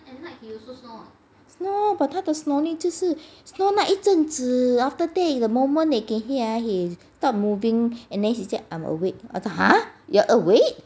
snore but 他的 snoring 就是 snore 那一阵子 after that in a moment you can hear ah he start moving and then he say I'm awake 我说 !huh! you're awake